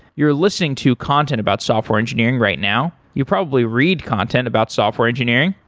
you're listening to content about software engineering right now, you probably read content about software engineering.